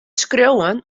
skriuwen